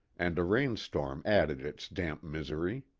and a rain storm added its damp misery.